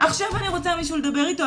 "..עכשיו אני רוצה מישהו לדבר איתו,